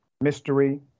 mystery